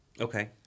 Okay